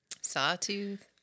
sawtooth